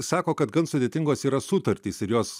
sako kad gan sudėtingos yra sutartys ir jos